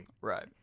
Right